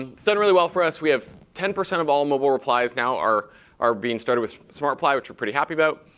it's done really well for us. we have ten percent of all mobile replies now are are being started with smart reply, which we're pretty happy about.